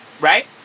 right